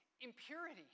impurity